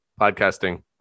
podcasting